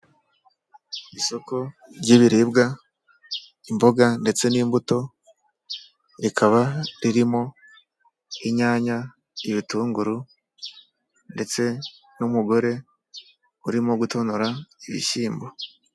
Isoko ry'ibiribwa imboga ndetse n'imbuto, rikaba ririmo inyanya, ibitunguru ndetse n'umugore, urimo gutonora ibishyimbo.